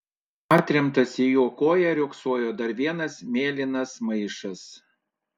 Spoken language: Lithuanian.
atremtas į jo koją riogsojo dar vienas mėlynas maišas